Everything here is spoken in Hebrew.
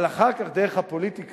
אבל אחר כך, דרך הפוליטיקה,